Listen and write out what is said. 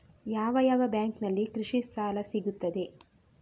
ಯಾವ ಯಾವ ಬ್ಯಾಂಕಿನಲ್ಲಿ ಕೃಷಿ ಸಾಲ ಸಿಗುತ್ತದೆ?